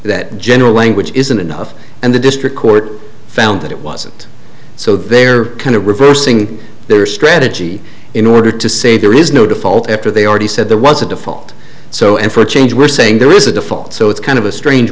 that general language isn't enough and the district court found that it wasn't so they are kind of reversing their strategy in order to say there is no default after they already said there was a default so and for change we're saying there is a default so it's kind of a strange